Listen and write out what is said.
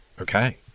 Okay